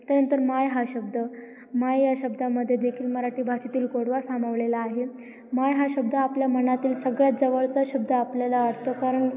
त्यानंतर माय हा शब्द माय या शब्दामध्ये देेखील मराठी भाषेतील गोडवा सामावलेला आहे माय हा शब्द आपल्या मनातील सगळ्यात जवळचा शब्द आपल्याला आवडतो कारण